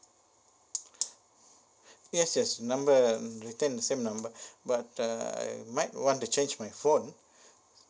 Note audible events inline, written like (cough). yes yes number retain the same number (breath) but uh I might want to change my phone